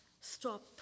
stop